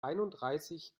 einunddreißig